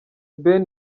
ben